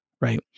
right